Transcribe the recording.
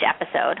episode